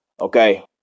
Okay